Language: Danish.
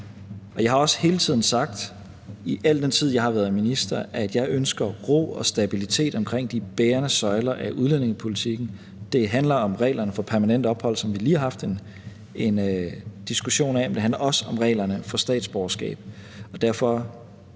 jeg har været minister, sagt, at jeg ønsker ro og stabilitet omkring de bærende søjler i udlændingepolitikken; det handler om reglerne for permanent ophold, som vi lige har haft en diskussion af, men det handler også om reglerne for statsborgerskab.